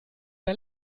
der